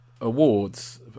awards